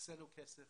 הקצינו כסף,